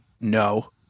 no